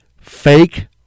fake